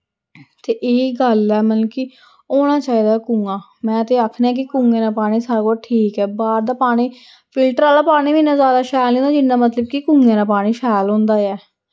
ते एह् गल्ल ऐ मतलब कि होना चाहिदा कुआं मैं ते आखनी कि कुएं दा पानी सारें कोला ठीक ऐ बाह्र दा पानी फिल्टर आह्ला पानी बी इन्ना जैदा शैल निं होंदा जिन्ना मतलब कि कुएं दा पानी शैल होंदा ऐ